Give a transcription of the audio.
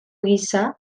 gisa